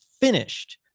finished